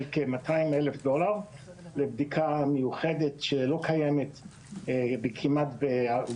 כ-200,000 דולר לבדיקה מיוחדת שלא קיימת באירופה.